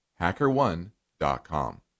HackerOne.com